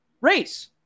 race